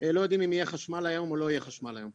לא יודעים אם יהיה חשמל היום או לא יהיה חשמל היום,